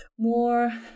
more